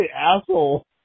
asshole